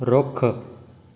ਰੁੱਖ